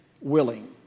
willing